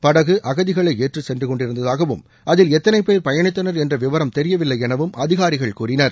படகு அகதிகளை ஏற்றி சென்றுகொண்டிருந்ததாகவும் அதில் எத்தனை பேர் பயணித்தனர் என்ற விவரம் தெரியவில்லை எனவும் அதிகாரிகள் கூறினர்